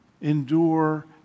endure